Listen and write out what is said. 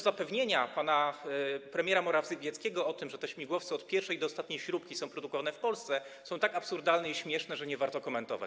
Zapewnienia pana premiera Morawieckiego o tym, że te śmigłowce od pierwszej do ostatniej śrubki są produkowane w Polsce, są tak absurdalne i śmieszne, że nie warto tego komentować.